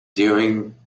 doing